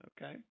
Okay